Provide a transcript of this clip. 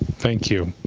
thank you.